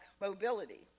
mobility